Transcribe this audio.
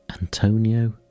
Antonio